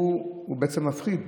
הוא בעצם מפחיד,